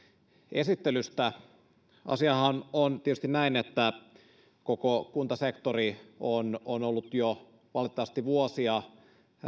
esittelystä asiahan on on tietysti näin että koko kuntasektori on valitettavasti ollut jo vuosia